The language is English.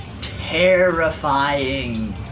terrifying